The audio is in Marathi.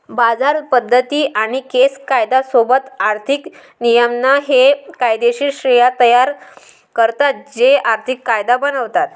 बाजार पद्धती आणि केस कायदा सोबत आर्थिक नियमन हे कायदेशीर श्रेण्या तयार करतात जे आर्थिक कायदा बनवतात